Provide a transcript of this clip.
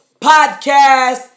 podcast